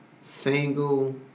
single